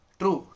true